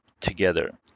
together